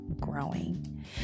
growing